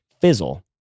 fizzle